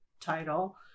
title